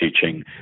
teaching